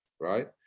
right